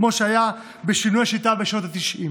כמו שהיה בשינוי השיטה בשנות התשעים.